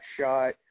shot